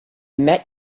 met